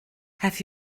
have